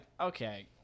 okay